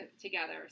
together